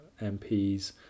MPs